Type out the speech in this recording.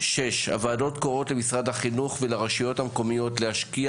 הוועדות קוראות למשרד החינוך ולרשויות המקומיות להשקיע